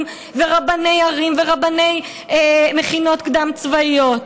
ורבני ערים ורבני מכינות קדם-צבאיות.